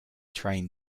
train